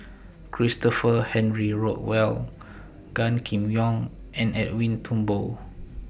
Christopher Henry Rothwell Gan Kim Yong and Edwin Thumboo